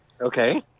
Okay